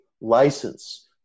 license